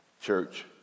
church